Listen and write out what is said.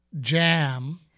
jam